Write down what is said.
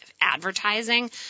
advertising